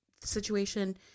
situation